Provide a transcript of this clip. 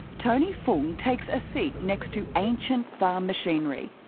tony fung takes a seat next to ancient farm machinery.